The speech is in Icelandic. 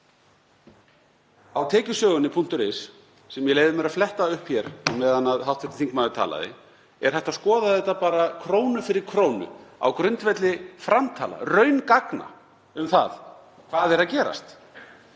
Á tekjusögunni.is, sem ég leyfði mér að fletta upp í meðan hv. þingmaður talaði, er hægt að skoða þetta bara krónu fyrir krónu, á grundvelli framtala og raungagna um það hvað er að gerast.